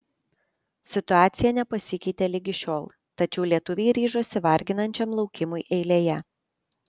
situacija nepasikeitė ligi šiol tačiau lietuviai ryžosi varginančiam laukimui eilėje